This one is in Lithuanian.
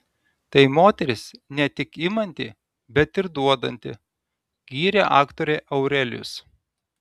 tai moteris ne tik imanti bet ir duodanti gyrė aktorę aurelijus